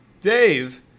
Dave